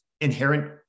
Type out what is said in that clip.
inherent